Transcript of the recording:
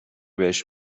بهش